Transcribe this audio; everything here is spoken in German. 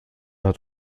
hat